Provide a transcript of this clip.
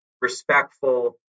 respectful